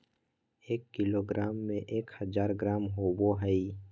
एक किलोग्राम में एक हजार ग्राम होबो हइ